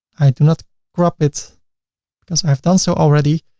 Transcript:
i do not crop it because i've done so already.